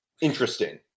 interesting